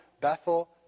Bethel